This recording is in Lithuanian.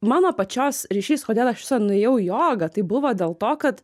mano pačios ryšys kodėl aš nuėjau į jogą tai buvo dėl to kad